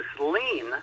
lean